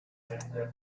capital